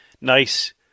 nice